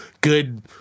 good